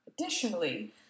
Additionally